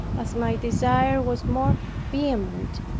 as my desire was more vehement.